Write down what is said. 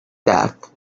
death